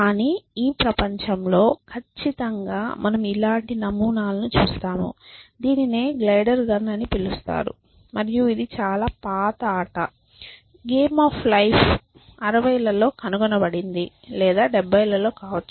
కానీ ఈ ప్రపంచంలో ఖచ్చితంగా మనం ఇలాంటి నమూనాలను చూస్తాము దీనిని గ్లైడర్ గన్ అని పిలుస్తారు మరియు ఇది చాలా పాత ఆట గేమ్ అఫ్ లైఫ్ 60 లలో కనుగొనబడింది లేదా 70 లలో కావచ్చు